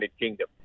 Kingdom